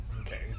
Okay